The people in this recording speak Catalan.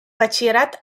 batxillerat